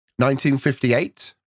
1958